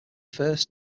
first